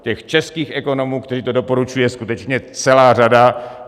Těch českých ekonomů, kteří to doporučují, je skutečně celá řada.